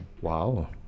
Wow